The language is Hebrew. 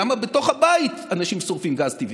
למה בתוך הבית אנשים שורפים גז טבעי?